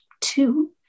two